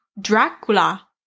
Dracula